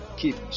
keep